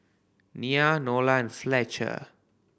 Nya Nola and Fletcher